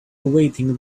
awaiting